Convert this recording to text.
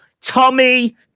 Tommy